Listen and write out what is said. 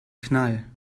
knall